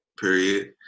period